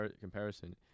comparison